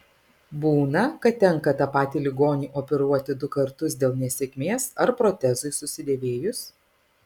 būna kad tenka tą patį ligonį operuoti du kartus dėl nesėkmės ar protezui susidėvėjus